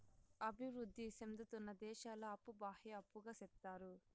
అభివృద్ధి సేందుతున్న దేశాల అప్పు బాహ్య అప్పుగా సెప్తారు